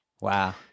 Wow